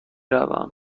روم